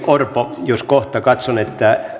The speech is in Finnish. orpo jos kohta katson että